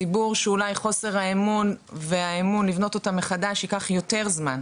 ציבור שחוסר האמון לבנות אותו מחדש ייקח יותר זמן.